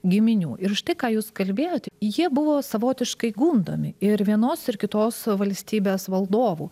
giminių ir štai ką jūs kalbėjot jie buvo savotiškai gundomi ir vienos ir kitos valstybės valdovų